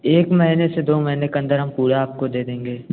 एक महीने से दो महीने के अंदर हम पूरा आपको दे देंगे